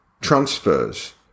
transfers